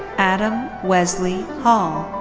adam wesley hall.